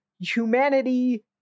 humanity